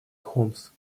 хомс